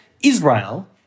Israel